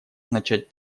начать